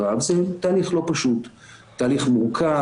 שהלוחמים סובלים ממנו במהלך תהליך ההכרה.